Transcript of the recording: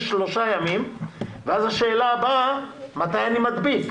שלושה ימים ואז השאלה הבאה היא מתי אני מדביק.